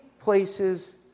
places